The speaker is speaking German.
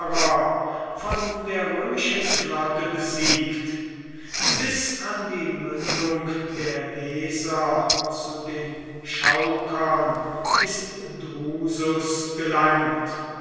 von der römischen flotte besiegt bis an die mündung der weser zu den chaukern ist drusus gelangt